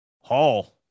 Hall